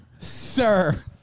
sir